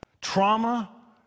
trauma